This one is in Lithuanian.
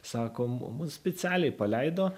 sako mums specialiai paleido